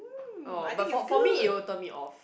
oh but for for me it will turn me off